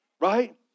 right